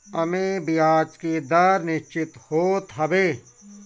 एमे बियाज के दर निश्चित होत हवे